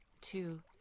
two